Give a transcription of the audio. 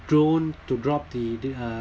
drone to drop de~ the uh